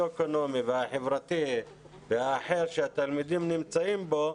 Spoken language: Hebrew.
אקונומי והחברתי והאחר שהתלמידים נמצאים בו,